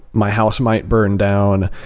my house might burn down,